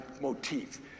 motif